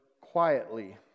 quietly